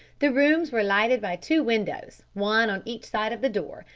the rooms were lighted by two windows, one on each side of the door,